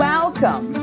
Welcome